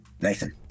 Nathan